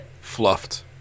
Fluffed